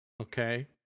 Okay